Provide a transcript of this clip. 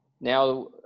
now